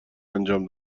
انجام